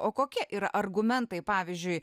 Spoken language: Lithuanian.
o kokie yra argumentai pavyzdžiui